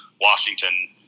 Washington